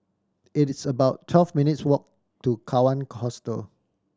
it's about twelve minutes' walk to Kawan Hostel